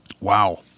Wow